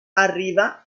arriva